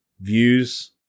views